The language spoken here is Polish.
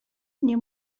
nie